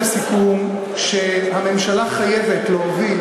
לסיכום, שהממשלה חייבת להוביל